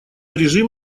режим